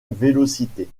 vélocité